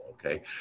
Okay